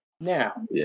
Now